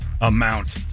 amount